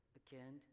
again